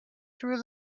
through